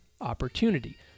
opportunity